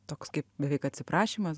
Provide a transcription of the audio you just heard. toks kaip beveik atsiprašymas